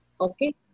Okay